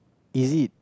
is it